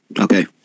Okay